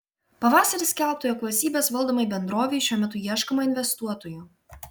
pavasarį skelbta jog valstybės valdomai bendrovei šiuo metu ieškoma investuotojų